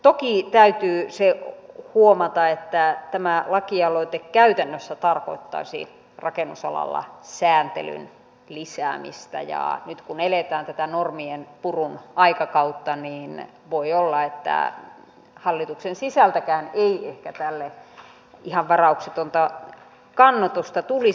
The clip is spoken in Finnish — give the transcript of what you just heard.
toki täytyy se huomata että tämä lakialoite käytännössä tarkoittaisi rakennusalalla sääntelyn lisäämistä ja nyt kun eletään tätä normien purun aikakautta niin voi olla että hallituksen sisältäkään ei ehkä tälle ihan varauksetonta kannatusta tulisi